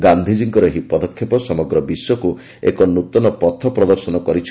ଗାନ୍ଧୀଜୀଙ୍କର ଏହି ପଦକ୍ଷେପ ସମଗ୍ର ବିଶ୍ୱକୁ ଏକ ନୂତନ ପଥ ପ୍ରଦର୍ଶନ କରିଛି